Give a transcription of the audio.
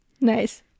Nice